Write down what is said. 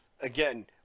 again